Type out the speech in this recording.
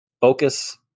Focus